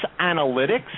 analytics